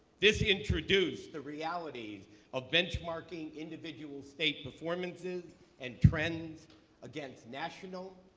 this introduced the realities of benchmarking individual state performances and trends against national,